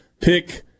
pick